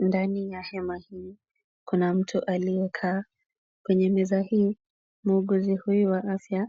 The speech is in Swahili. Ndani ya hema hii kuna mtu aliyekaa. Kwenye meza hii, muuguzi huyu wa afya